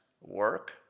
work